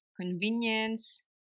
convenience